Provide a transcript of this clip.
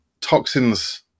toxins